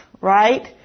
right